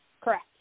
Correct